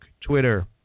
Twitter